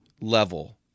level